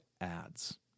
ads